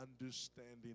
understanding